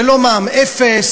זה לא מע"מ אפס,